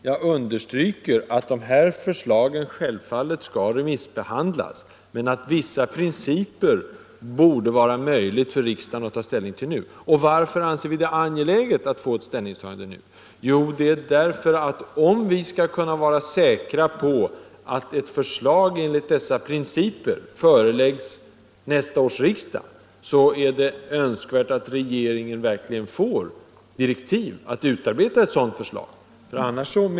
Jag understryker att förslagen självfallet skall remissbehandlas, men det borde vara möjligt för riksdagen att ta ställning till vissa principer. Och varför anser vi det då så angeläget med ett ställningstagande nu? Jo, det är därför att om vi skall kunna vara säkra på att ett förslag enligt dessa principer föreläggs nästa års riksdag, så är det önskvärt att regeringen verkligen får direktiv att utarbeta ett sådant förslag.